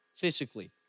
physically